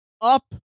Up